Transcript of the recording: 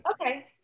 Okay